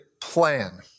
plan